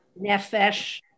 nefesh